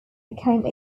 became